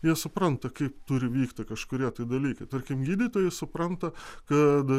jie supranta kaip turi vykti kažkurie tai dalykai tarkim gydytojai supranta kad